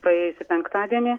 praėjusį penktadienį